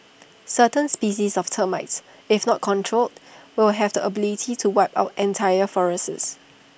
certain species of termites if not controlled will have the ability to wipe out entire forests